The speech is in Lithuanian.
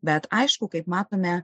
bet aišku kaip matome